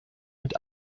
mit